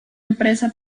empresa